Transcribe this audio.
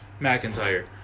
McIntyre